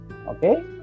Okay